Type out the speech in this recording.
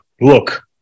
look